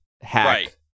hack